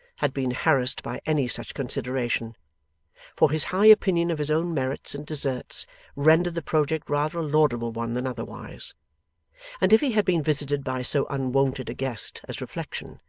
had been harassed by any such consideration for his high opinion of his own merits and deserts rendered the project rather a laudable one than otherwise and if he had been visited by so unwonted a guest as reflection,